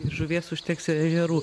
žuvies užteks ir ežerų